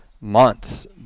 months